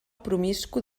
promiscu